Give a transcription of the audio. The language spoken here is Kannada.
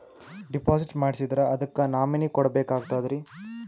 ಡಿಪಾಜಿಟ್ ಮಾಡ್ಸಿದ್ರ ಅದಕ್ಕ ನಾಮಿನಿ ಕೊಡಬೇಕಾಗ್ತದ್ರಿ?